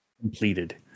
completed